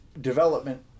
development